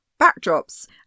backdrops